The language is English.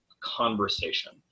conversation